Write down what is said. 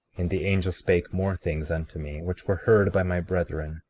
and the angel spake more things unto me, which were heard by my brethren,